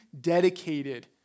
dedicated